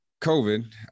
COVID